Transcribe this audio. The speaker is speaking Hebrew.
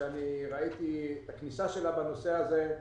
שראיתי את הכניסה שלה בנושא הזה.